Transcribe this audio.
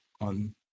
on